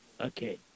Okay